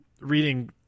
reading